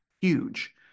huge